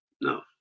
no